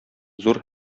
зур